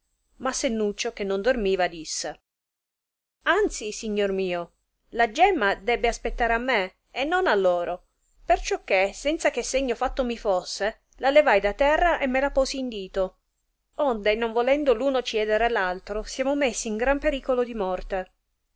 ma sennuccio che non dormiva disse anzi signor mio la gemma debbe aspettar a me e non a loro perciò che senza che segno fatto mi fosse la levai da terra e me la posi in dito onde non volendo l'uno ciedere a l'altro siamo messi in gran pericolo di morte